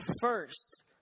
first